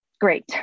Great